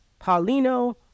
Paulino